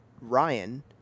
Ryan